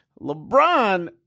LeBron